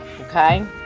okay